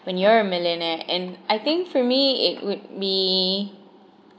when you're a millionaire and I think for me it would be